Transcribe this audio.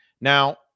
Now